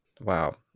Wow